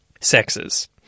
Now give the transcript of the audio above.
sexes